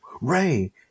Ray